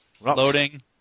Loading